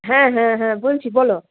হ্যাঁ হ্যাঁ হ্যাঁ বলছি বলো